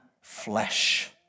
flesh